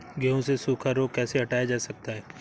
गेहूँ से सूखा रोग कैसे हटाया जा सकता है?